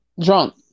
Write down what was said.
Drunk